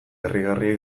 harrigarria